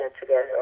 together